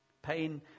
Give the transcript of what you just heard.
Pain